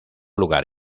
lugar